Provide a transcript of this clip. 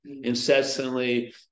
incessantly